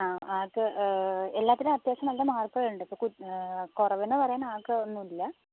ആ ആൾക്ക് എല്ലാത്തിനും അത്യാവശ്യം നല്ല മാർക്കുകളുണ്ട് ഇപ്പോൾ കുറവെന്നു പറയാൻ ആൾക്കൊന്നുമില്ല